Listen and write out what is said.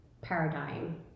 paradigm